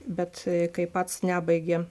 bet kai pats nebaigė